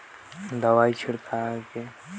माटी के मितान कीरा ल कइसे बचाय सकत हन?